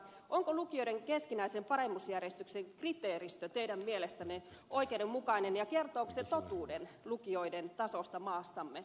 onko lukioiden keskinäisen paremmuusjärjestyksen kriteeristö teidän mielestänne oikeudenmukainen ja kertooko se totuuden lukioiden tasosta maassamme